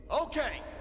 Okay